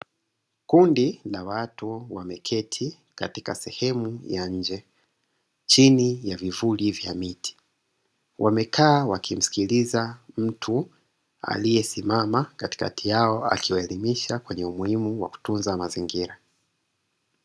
Kundi la watu wameketi katika sehemu ya nje chini ya vivuli vya miti, wamekaa wakimsikiliza mtu aliyesimama katikati yao akiwaelimisha kwenye umuhimu wa kutunza mazingira.